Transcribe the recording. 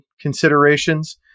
considerations